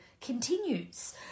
continues